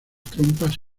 trompas